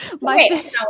Wait